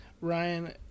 Ryan